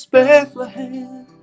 Bethlehem